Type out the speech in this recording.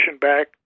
back